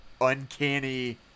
Uncanny